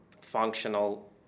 functional